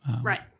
Right